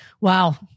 Wow